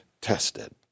tested